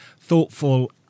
thoughtful